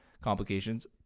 complications